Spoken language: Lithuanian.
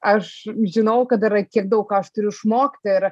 aš žinau kad yra tiek daug ką aš turiu išmokti ir